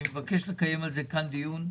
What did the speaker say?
אני מבקש לקיים על זה דיון.